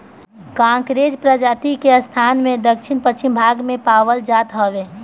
कांकरेज प्रजाति के गाई राजस्थान के दक्षिण पश्चिम भाग में पावल जात हवे